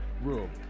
room